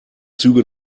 züge